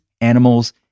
animals